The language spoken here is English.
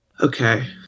Okay